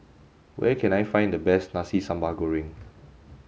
where can I find the best Nasi Sambal Goreng